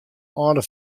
âlde